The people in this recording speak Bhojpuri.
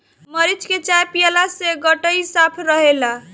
मरीच के चाय पियला से गटई साफ़ रहेला